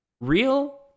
real